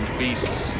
beasts